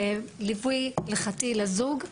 ליווי הלכתי לזוג.